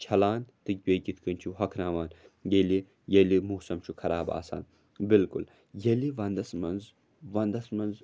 چھَلان تہٕ بیٚیہِ کِتھ کٔنۍ چھُو ہۄکھناوان ییٚلہِ ییٚلہِ موسَم چھُ خراب آسان بِلکُل ییٚلہِ وَندَس منٛز وَندَس منٛز